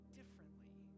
differently